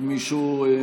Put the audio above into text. אוסאמה סעדי?